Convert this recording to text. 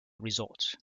resort